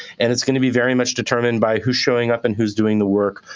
and it's going to be very much determined by who's showing up and who's doing the work,